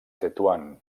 tetuan